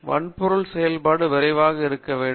வன்பொருள் செயல்பாடு விரைவாக இருக்க வேண்டும்